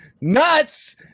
nuts